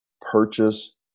purchase